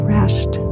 rest